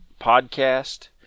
podcast